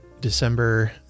December